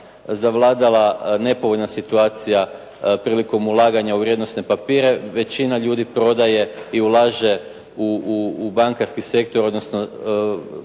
zavladala nepovoljna situacija prilikom ulaganja u vrijednosne papire, većina ljudi prodaje i ulaže u bankarski sektor, odnosno